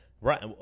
right